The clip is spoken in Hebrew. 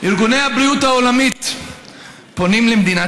ארגוני הבריאות העולמיים פונים למדינת